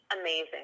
amazing